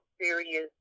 serious